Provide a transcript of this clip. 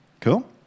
Cool